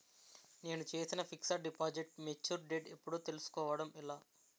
నేను చేసిన fixed deposit mature date ఎప్పుడో తెల్సుకోవడం ఎలా?